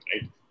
right